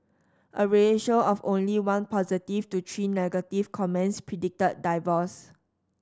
a ratio of only one positive to three negative comments predicted divorce